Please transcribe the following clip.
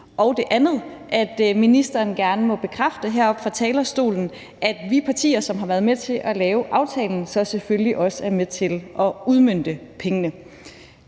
Og det andet er, at ministeren gerne må bekræfte heroppe fra talerstolen, at vi partier, som har været med til at lave aftalen, selvfølgelig også er med til at udmønte pengene.